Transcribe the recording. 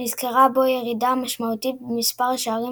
וניכרה בו ירידה משמעותית במספר השערים